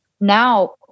now